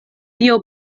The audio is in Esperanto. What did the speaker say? dio